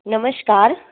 નમસ્કાર